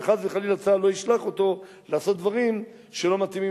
וחס וחלילה צה"ל לא ישלח אותו לעשות דברים שלא מתאימים,